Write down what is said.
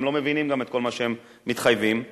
וגם לא מבינים את כל מה שהם מתחייבים לו.